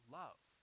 love